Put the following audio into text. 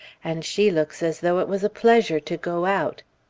and she looks as though it was a pleasure to go out!